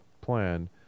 plan